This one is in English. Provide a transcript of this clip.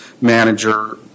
manager